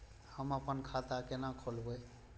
हम आपन खाता केना खोलेबे?